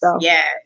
yes